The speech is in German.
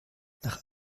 nach